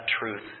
truth